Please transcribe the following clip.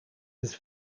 his